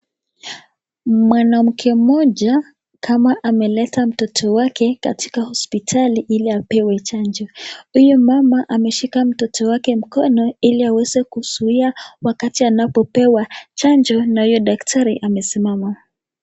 Mwanamke mmoja, kama ameleta mtoto wake katika hospitali ili apewe chanjo. Huyu mama ameshika mtoto wake mkono ili aweze kumzuia wakati anapopewa chanjo, na yule daktari amesimama.